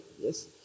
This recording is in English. yes